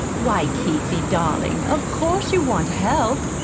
why, keithie, darling, of course you want help!